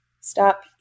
stop